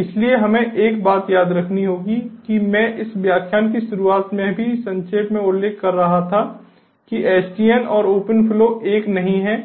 इसलिए हमें एक बात याद रखनी होगी कि मैं इस व्याख्यान की शुरुआत में भी संक्षेप में उल्लेख कर रहा था कि SDN और ओपन फ्लो एक नहीं हैं